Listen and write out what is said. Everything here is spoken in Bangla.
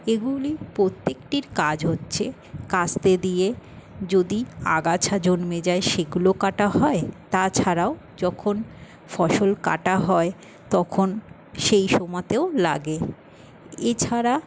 এগুলি প্রত্যেকটির কাজ হচ্ছে কাস্তে দিয়ে যদি আগাছা জন্মে যায় সেগুলো কাটা হয় তাছাড়াও যখন ফসল কাটা হয় তখন সেই সময়েতেও লাগে এছাড়া